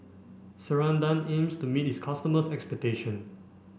Ceradan aims to meet its customers' expectation